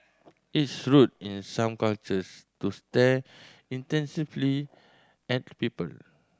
it's rude in some cultures to stare intensively at people